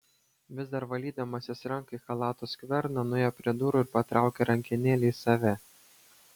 vis dar valydamasis ranką į chalato skverną nuėjo prie durų ir patraukė rankenėlę į save